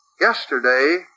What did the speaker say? Yesterday